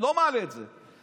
לא מעלה את זה.